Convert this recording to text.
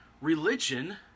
religion